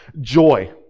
Joy